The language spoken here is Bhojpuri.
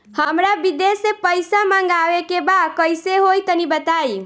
हमरा विदेश से पईसा मंगावे के बा कइसे होई तनि बताई?